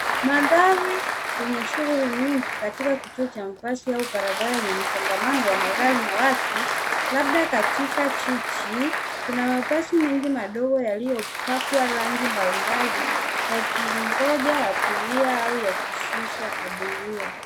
Mandhari yenye shughuli nyingi katika kituo cha mabasi au barabara yenye msongamano wa magari na watu, labda katika jiji. Kuna mabasi mengi madogo yaliyopakwa rangi mbali mbali yakingoja abiria au yakishusha abiria.